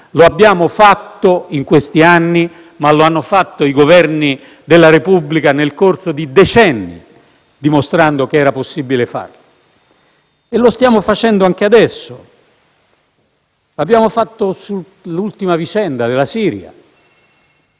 Lo abbiamo fatto in questi anni, ma lo hanno fatto i Governi della Repubblica nel corso di decenni, dimostrando che era possibile farlo. E lo stiamo facendo anche adesso. Lo abbiamo fatto nell'ultima vicenda della Siria,